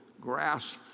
grasp